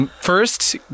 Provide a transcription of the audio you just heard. first